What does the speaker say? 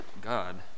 God